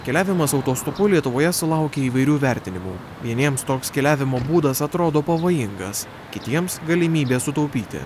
keliavimas autostopu lietuvoje sulaukia įvairių vertinimų vieniems toks keliavimo būdas atrodo pavojingas kitiems galimybė sutaupyti